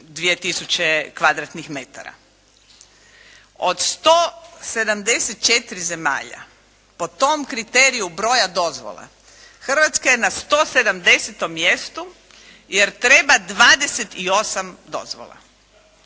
metara, od 174 zemalja po tom kriteriju broja dozvola Hrvatska je na 170 mjestu, jer treba 28 dozvola.